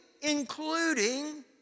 including